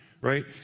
right